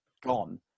gone